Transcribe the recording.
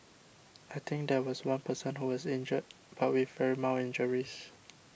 I think there was one person who was injured but with very mild injuries